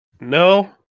no